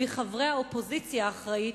מחברי האופוזיציה האחראית,